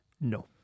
no